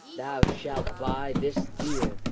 thou shalt buy this dear,